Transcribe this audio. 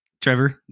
Trevor